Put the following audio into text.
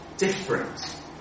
different